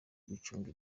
gucunga